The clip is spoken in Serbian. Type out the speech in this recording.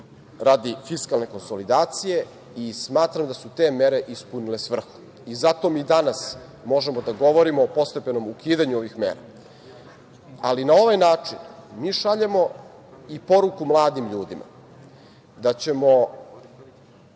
radi fiskalne konsolidacije i smatram da su te mere ispunile svrhu i zato mi danas možemo da govorimo o postepenom ukidanju ovih mera. Na ovaj način šaljemo i poruku mladim ljudima da ćemo